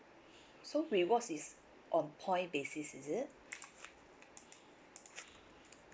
so rewards is on point basis is it